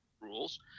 rules